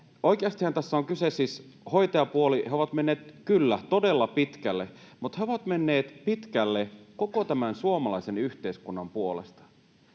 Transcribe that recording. oikeastihan tässä on siis kyse siitä, että hoitajapuoli on mennyt, kyllä, todella pitkälle, mutta he ovat menneet pitkälle koko tämän suomalaisen yhteiskunnan puolesta.